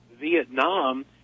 Vietnam